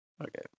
Okay